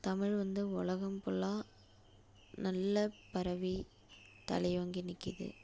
தமிழ் வந்து உலகம் ஃபுல்லாக நல்ல பரவி தலையோங்கி நிற்கிது